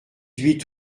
huit